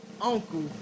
Uncle